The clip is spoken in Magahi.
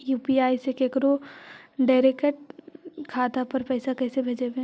यु.पी.आई से केकरो डैरेकट खाता पर पैसा कैसे भेजबै?